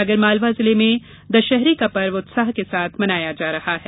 आगरमालवा जिले में दशहरे का पर्व उत्साह के साथ मनाया जा रहा है